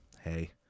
hey